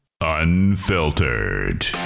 Unfiltered